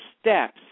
steps